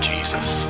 Jesus